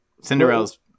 Cinderella's